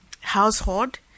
household